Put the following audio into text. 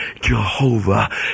Jehovah